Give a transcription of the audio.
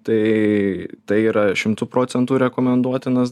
tai tai yra šimtu procentų rekomenduotinas